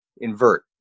invert